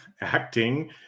acting